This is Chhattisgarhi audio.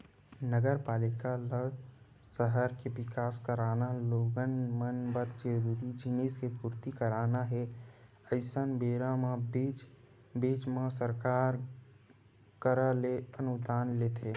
नगरपालिका ल सहर के बिकास कराना लोगन मन बर जरूरी जिनिस के पूरति कराना हे अइसन बेरा म बीच बीच म सरकार करा ले अनुदान लेथे